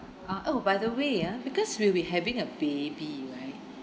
uh oh by the way ah because we'll be having a baby right